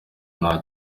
nta